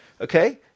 Okay